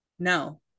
no